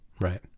right